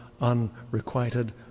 unrequited